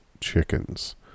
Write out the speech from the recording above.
chickens